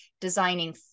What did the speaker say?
designing